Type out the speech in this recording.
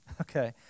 okay